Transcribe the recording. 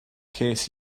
ces